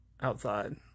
outside